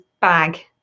bag